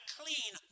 clean